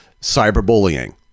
cyberbullying